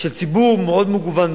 של ציבור מאוד מגוון,